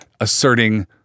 asserting